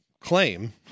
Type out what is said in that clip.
claim